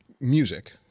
music –